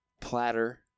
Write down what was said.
Platter